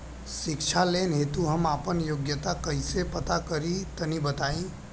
शिक्षा लोन हेतु हम आपन योग्यता कइसे पता करि तनि बताई?